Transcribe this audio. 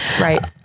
Right